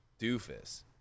doofus